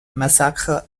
massacre